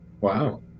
wow